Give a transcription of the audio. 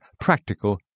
practical